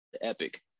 epic